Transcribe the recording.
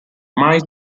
michael